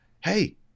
Hey